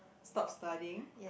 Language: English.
stop studying